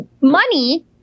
money